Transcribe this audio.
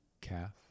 calf